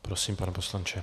Prosím, pane poslanče.